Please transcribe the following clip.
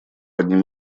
одним